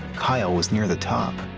kyle was near the top.